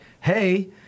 hey